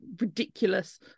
ridiculous